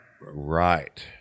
Right